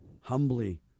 humbly